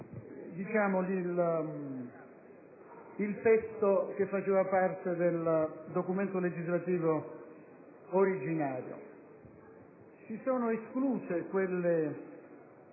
il testo che faceva parte del documento legislativo originario. Si sono escluse quelle